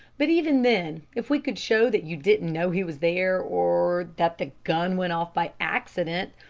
but even then, if we could show that you didn't know he was there, or that the gun went off by accident,